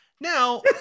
Now